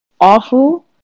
awful